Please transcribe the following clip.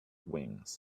wings